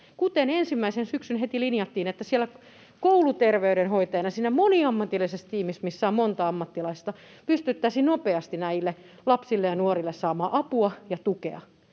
kuten ensimmäisenä syksynä heti linjattiin, että siellä kouluterveydenhoitajan moniammatillisessa tiimissä, missä on monta ammattilaista, pystyttäisiin nopeasti näille lapsille ja nuorille saamaan apua ja tukea,